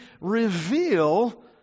reveal